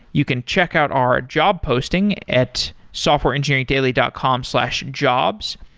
you can check out our job posting at softwareengineeringdaily dot com slash jobs.